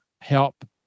help